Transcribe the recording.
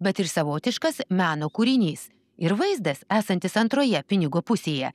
bet ir savotiškas meno kūrinys ir vaizdas esantis antroje pinigo pusėje